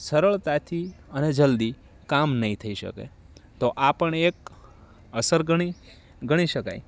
સરળતાથી અને જલ્દી કામ નહીં થઈ શકે તો આ પણ એક અસર ગણી ગણી શકાય